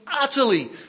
utterly